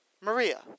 Maria